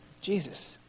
Jesus